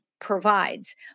provides